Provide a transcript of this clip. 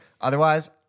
Otherwise